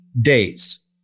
days